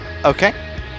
Okay